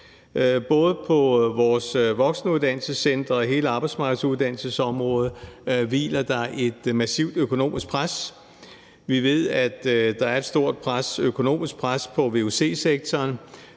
Både på vores voksenuddannelsescentre og hele arbejdsmarkedsuddannelsesområdet hviler der et massivt økonomisk pres. Vi ved, at der er et stort økonomisk pres på vuc-sektoren,